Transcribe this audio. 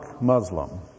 Muslim